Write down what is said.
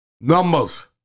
numbers